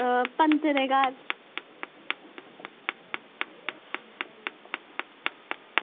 पंतें दे घर